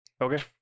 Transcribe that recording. Okay